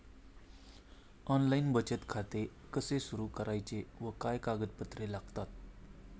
Online बचत खाते कसे सुरू करायचे व काय कागदपत्रे लागतात?